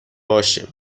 باشه